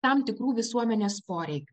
tam tikrų visuomenės poreikių